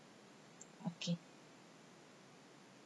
okay